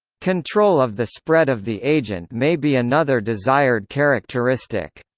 control of the spread of the agent may be another desired characteristic.